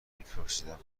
میپرسیدم